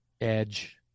edge